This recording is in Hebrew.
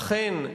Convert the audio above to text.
אכן,